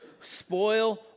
spoil